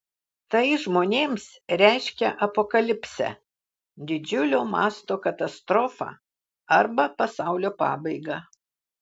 tai žmonėms reiškia apokalipsę didžiulio mąsto katastrofą arba pasaulio pabaigą